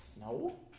No